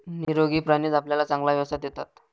निरोगी प्राणीच आपल्याला चांगला व्यवसाय देतात